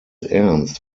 ernst